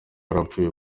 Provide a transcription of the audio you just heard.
yarapfuye